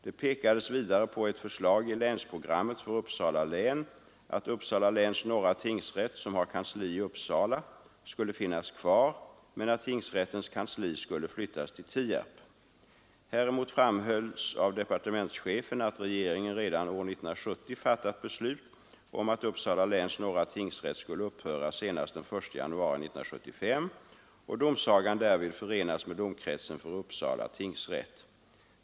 Det pekades vidare på ett förslag i länsprogrammet för Uppsala län att Uppsala läns norra tingsrätt, som har kansli i Uppsala, skulle finnas kvar men att tingsrättens kansli skulle flyttas till Tierp. Häremot framhölls av departementschefen att regeringen redan år 1970 fattat beslut om att Uppsala läns norra tingsrätt skulle upphöra senast den 1 januari 1975 och domsagan därvid förenas med domkretsen för Uppsala tingsrätt.